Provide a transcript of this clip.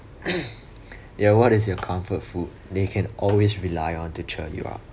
ya what is your comfort food that you can always rely on to cheer you up